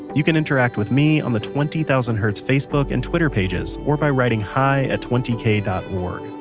you can interact with me on the twenty thousand hertz facebook and twitter pages or by writing hi at twenty k dot org.